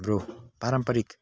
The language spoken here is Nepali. हाम्रो पारम्परिक